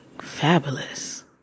fabulous